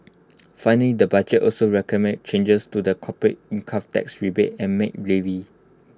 finally the budget also recommended changes to the corporate income tax rebate and maid levy